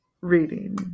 reading